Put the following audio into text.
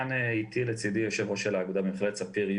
לצדי נמצא יושב ראש האגודה במכללת ספיר,